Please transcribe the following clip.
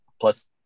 plus